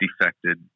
defected